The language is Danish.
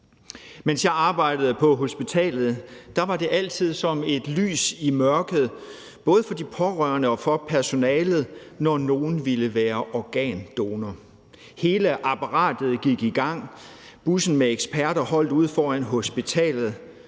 Mens jeg arbejdede på hospitalet, var det altid som et lys i mørket både for de pårørende og for personalet, når nogen ville være organdonor. Hele apparatet gik i gang. Bussen med eksperter holdt ude foran hospitalet,